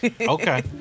okay